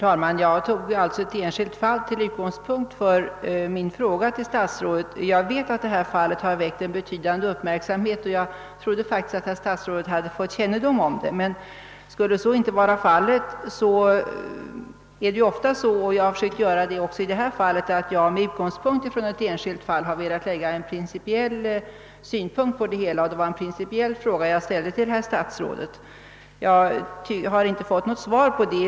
Herr talman! Det enskilda fall som jag tog till utgångspunkt för min fråga till statsrådet har väckt en betydande uppmärksamhet, och jag trodde faktiskt att herr statsrådet hade fått kännedom om det. Jag har — som ju ofta sker — med utgångspunkt i ett enskilt fall velat anlägga en principiell synpunkt. Det var också en principiell fråga jag ställde till herr statsrådet, och jag har inte fått något svar på den.